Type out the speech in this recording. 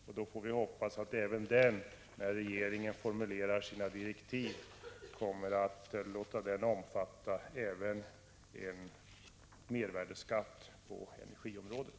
Vi får hoppas att regeringen, när den formulerar sina direktiv, kommer att låta denna utredning få omfatta även en mervärdeskatt på energiområdet.